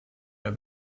der